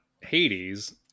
Hades